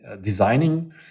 designing